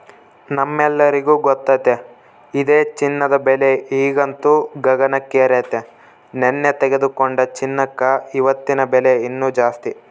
ನಮ್ಮೆಲ್ಲರಿಗೂ ಗೊತ್ತತೆ ಇದೆ ಚಿನ್ನದ ಬೆಲೆ ಈಗಂತೂ ಗಗನಕ್ಕೇರೆತೆ, ನೆನ್ನೆ ತೆಗೆದುಕೊಂಡ ಚಿನ್ನಕ ಇವತ್ತಿನ ಬೆಲೆ ಇನ್ನು ಜಾಸ್ತಿ